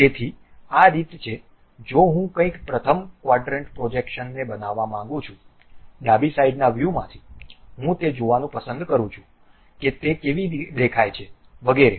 તેથી આ રીત છે જો હું કંઈક પ્રથમ ક્વાડ્રન્ટ પ્રોજેકસનને બનાવવા માંગું છું ડાબી સાઇડ ના વ્યૂમાંથી હું તે જોવાનું પસંદ કરું છું કે તે કેવી દેખાય છે વગેરે